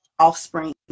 Offspring